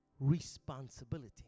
responsibility